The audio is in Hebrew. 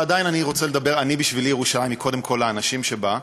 ועדיין בשבילי ירושלים היא קודם כול האנשים שבה.